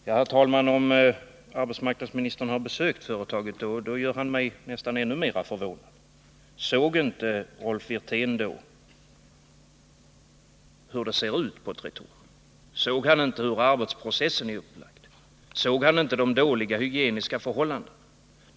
Herr talman! Om arbetsmarknadsministern har besökt företaget gör han mig nästan ännu mer förvånad. Såg då inte Rolf Wirtén hur det ser ut på Tretorn? Såg han inte hur arbetsprocessen är upplagd? Såg han inte de dåliga hygieniska förhållandena?